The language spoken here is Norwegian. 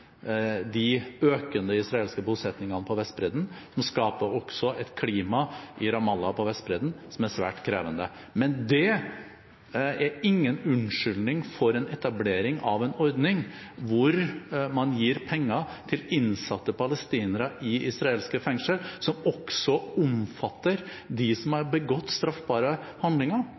De økende israelske bosettingene på Vestbredden skaper også et klima i Ramallah på Vestbredden som er svært krevende. Men det er ingen unnskyldning for en etablering av en ordning hvor man gir penger til innsatte palestinere i israelske fengsel som også omfatter de som har begått straffbare handlinger.